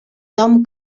nom